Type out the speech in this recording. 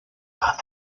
are